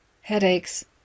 headaches